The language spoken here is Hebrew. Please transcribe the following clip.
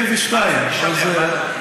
אני נולדתי ב-1972, אז אני,